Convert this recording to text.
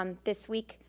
um this week,